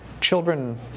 children